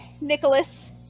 Nicholas